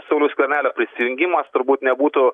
sauliaus skvernelio prisijungimas turbūt nebūtų